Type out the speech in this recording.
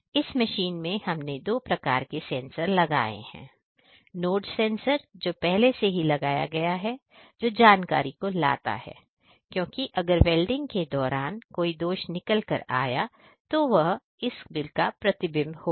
इस मशीन में हमने 2 प्रकार के सेंसर लगाए हैं नोड सेंसर जो पहले से ही लगाया गया है जो जानकारी को लाता है क्योंकि अगर वेल्डिंग के दौरान कोई दोष निकल कर आया वह इस बल का प्रतिबंब होगा